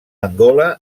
angola